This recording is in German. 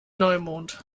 neumond